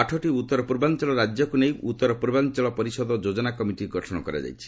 ଆଠୋଟି ଉତ୍ତରପୂର୍ବାଞ୍ଚଳ ରାଜ୍ୟକୁ ନେଇ ଉତ୍ତର ପୂର୍ବାଞ୍ଚଳ ପରିଷଦ ଯୋଜନା କମିଟି ଗଠନ କରାଯାଇଛି